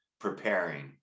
preparing